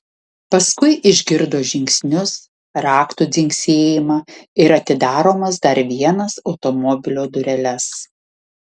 paskui išgirdo žingsnius raktų dzingsėjimą ir atidaromas dar vienas automobilio dureles